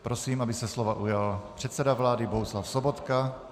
Prosím, aby se slova ujal předseda vlády Bohuslav Sobotka.